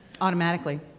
Automatically